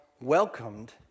welcomed